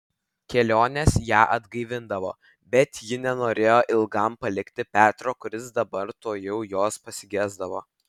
kelionės ją atgaivindavo bet ji nenorėjo ilgam palikti petro kuris dabar tuojau jos pasigesdavo